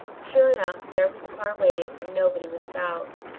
sure enough there was the car waiting and nobody was about.